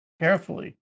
carefully